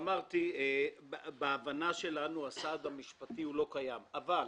על פי ההבנה שלנו הסעד המשפטי לא קיים, אבל